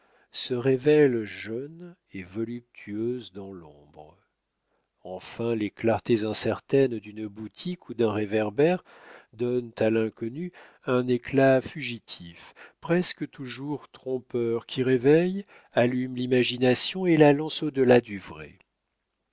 se révèle jeune et voluptueuse dans l'ombre enfin les clartés incertaines d'une boutique ou d'un réverbère donnent à l'inconnue un éclat fugitif presque toujours trompeur qui réveille allume l'imagination et la lance au delà du vrai